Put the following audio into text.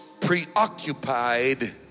preoccupied